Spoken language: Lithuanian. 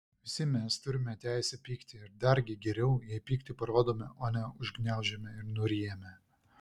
visi mes turime teisę pykti ir dargi geriau jei pyktį parodome o ne užgniaužiame ir nuryjame